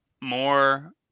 more